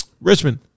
Richmond